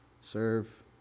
serve